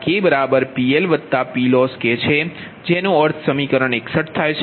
જેનો અર્થ સમીકરણ 61 થાય છે